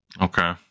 Okay